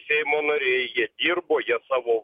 seimo nariai jie dirbo jie savo